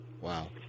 Wow